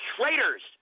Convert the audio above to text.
traitors